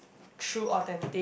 true authentic